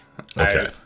Okay